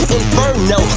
Inferno